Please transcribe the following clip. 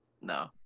No